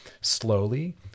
slowly